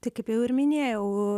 tik kaip jau ir minėjau